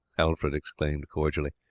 alfred exclaimed cordially,